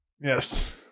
Yes